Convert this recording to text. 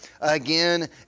again